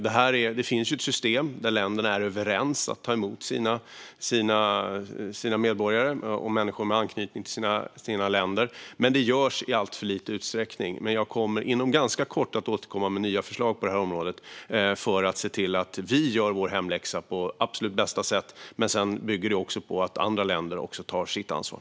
Det finns ett system där länderna är överens om att ta emot sina medborgare och människor med anknytning till dessa länder. Men det görs i alltför liten utsträckning. Jag kommer inom ganska kort tid att återkomma med nya förslag på detta område för att se till att vi gör vår hemläxa på absolut bästa sätt. Men sedan bygger det också på att andra länder tar sitt ansvar.